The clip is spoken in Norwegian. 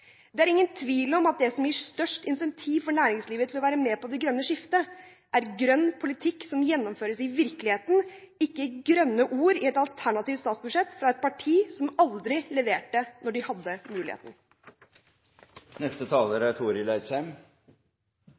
Det er ingen tvil om at det som gir størst incentiv for næringslivet til å være med på det grønne skiftet, er grønn politikk som gjennomføres i virkeligheten – ikke grønne ord i et alternativt statsbudsjett fra et parti som aldri leverte da de hadde